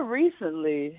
recently